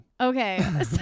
okay